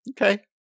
okay